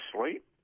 sleep